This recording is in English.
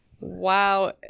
wow